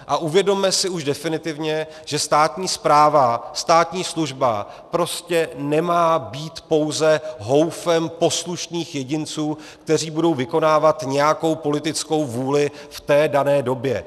A uvědomme si už definitivně, že státní správa, státní služba prostě nemá být pouze houfem poslušných jedinců, kteří budou vykonávat nějakou politickou vůli v té dané době.